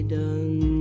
done